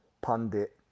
pundit